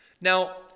now